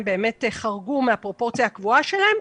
הם באמת חרגו מהפרופורציה הקבועה שלהם.